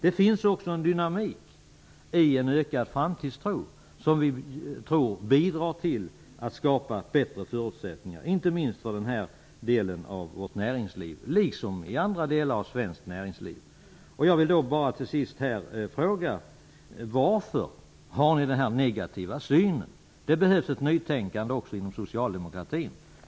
Det finns också en dynamik i en ökad framtidstro som vi tror bidrar till att skapa bättre förutsättningar - inte minst för denna del av vårt näringsliv, liksom för andra delar av vårt näringsliv. Jag vill till sist fråga varför ni har denna negativa syn. Det behövs ett nytänkande också inom socialdemokratin.